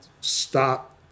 stop